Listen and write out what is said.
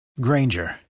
granger